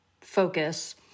focus